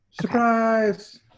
Surprise